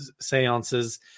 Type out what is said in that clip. seances